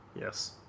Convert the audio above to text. Yes